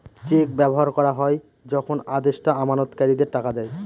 check ব্যবহার করা হয় যখন আদেষ্টা আমানতকারীদের টাকা দেয়